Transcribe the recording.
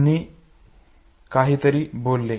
दोन्ही काहीतरी बोलले